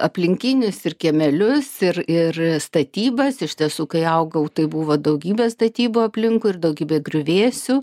aplinkinius ir kiemelius ir ir statybas iš tiesų kai augau tai buvo daugybė statybų aplinkui ir daugybė griuvėsių